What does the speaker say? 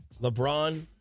LeBron